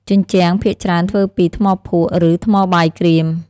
ជញ្ជាំង ភាគច្រើនធ្វើពី ថ្មភក់ ឬ ថ្មបាយក្រៀម។